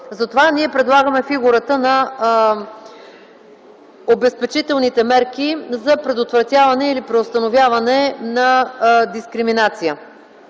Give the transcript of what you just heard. Затова ние предлагаме фигурата на обезпечителните мерки за предотвратяване или преустановяване на дискриминация.